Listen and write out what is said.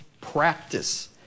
practice